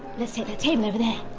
let's take that table over there.